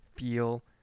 feel